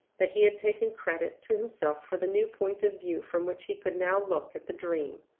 that he had taken credit to himself for the new point of view from which he could now look at the dream.